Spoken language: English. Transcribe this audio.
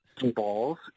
balls